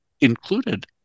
included